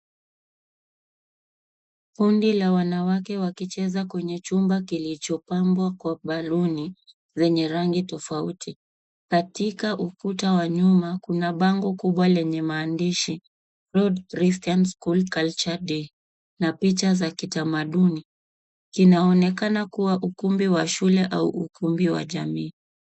Kundi la wanawake wakicheza kwenye chumba kilichopambwa kwa balloon zenye rangi tofauti. Katika ukuta wa nyuma kuna bango kubwa lenye maandishi Road Christian School culture day na picha za kitamaduni. Kinaonekana kuwa ukumbi wa shule au ukumbi wa jamii.